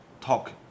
talk